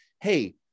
hey